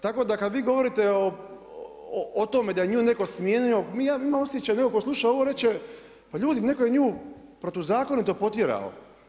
Tako da kada vi govorite o tome da je nju netko smijenio ja imam osjećaj, netko tko sluša ovo reći će, pa ljudi netko je nju protuzakonito potjerao.